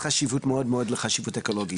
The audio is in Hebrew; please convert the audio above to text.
חשיבות גדולה מאוד לכל העניין האקולוגי